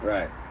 Right